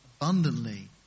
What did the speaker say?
abundantly